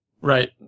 Right